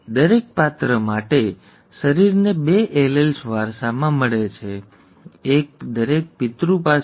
દરેક પાત્ર માટે શરીરને બે એલીલ્સ વારસામાં મળે છે એક દરેક પિતૃ પાસેથી